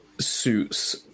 suits